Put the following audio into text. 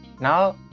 Now